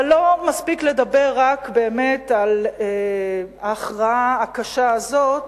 אבל לא מספיק לדבר רק על ההכרעה הקשה הזאת,